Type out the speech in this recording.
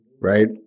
right